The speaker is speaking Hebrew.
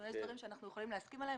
יש דברים שאנחנו יכולים להסכים עליהם